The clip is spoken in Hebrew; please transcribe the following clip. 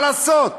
מה לעשות?